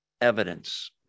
evidence